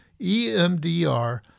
EMDR